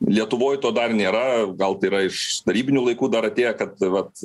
lietuvoj to dar nėra gal tai yra iš tarybinių laikų dar atėję kad vat